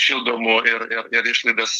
šildomų ir ir ir išlaidas